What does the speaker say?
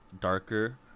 darker